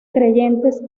creyentes